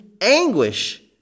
anguish